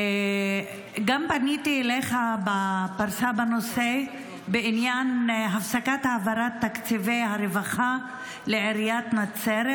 פניתי אליך גם בפרסה בנושא הפסקת העברת תקציבי הרווחה לעיריית נצרת,